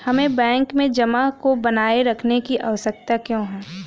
हमें बैंक में जमा को बनाए रखने की आवश्यकता क्यों है?